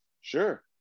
Sure